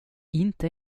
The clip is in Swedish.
inte